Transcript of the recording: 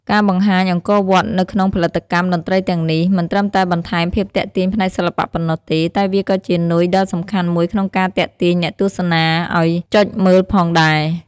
ការបង្ហាញអង្គរវត្តនៅក្នុងផលិតកម្មតន្ត្រីទាំងនេះ មិនត្រឹមតែបន្ថែមភាពទាក់ទាញផ្នែកសិល្បៈប៉ុណ្ណោះទេ តែវាក៏ជានុយដ៏សំខាន់មួយក្នុងការទាក់ទាញអ្នកទស្សនាឲ្យចុចមើលផងដែរ។